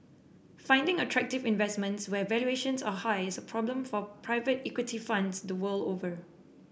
finding attractive investments when valuations are high is a problem for private equity funds the world over